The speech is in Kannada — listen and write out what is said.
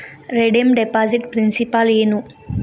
ರೆಡೇಮ್ ಡೆಪಾಸಿಟ್ ಪ್ರಿನ್ಸಿಪಾಲ ಏನು